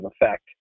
effect